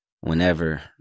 whenever